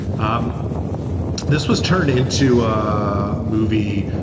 um this was turned into a movie,